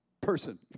person